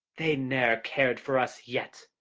they ne'er cared for us yet.